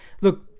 look